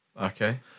Okay